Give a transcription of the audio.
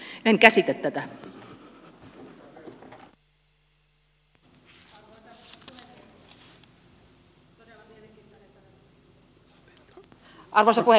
en käsitä tätä